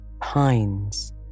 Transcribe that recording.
Pines